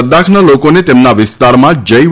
લદ્દાખના લોકોને તેમના વિસ્તારમાં જૈવ